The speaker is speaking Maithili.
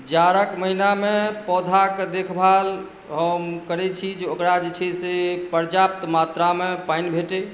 जाड़क महिनामे पौधाके देखभाल हम करै छी जे ओकरा जे छै से पर्याप्त मात्रामे पानि भेटै